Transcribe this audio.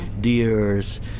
deers